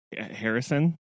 Harrison